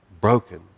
broken